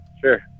sure